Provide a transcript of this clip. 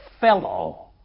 fellow